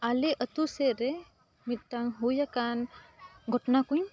ᱟᱞᱮ ᱟᱛᱳ ᱥᱮᱫ ᱨᱮ ᱢᱤᱫᱴᱟᱝ ᱦᱩᱭ ᱟᱠᱟᱱ ᱜᱷᱚᱴᱚᱱᱟ ᱠᱚᱧ